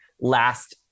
last